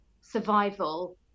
survival